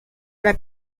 las